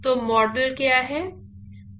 तो मॉडल क्या है